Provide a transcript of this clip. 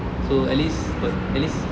so at least got at least